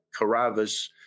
Caravas